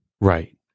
right